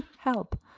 help.